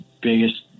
biggest